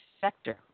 sector